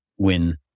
win